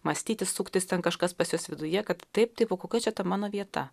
mąstyti suktis ten kažkas pas juos viduje kad taip taip o kokia čia ta mano vieta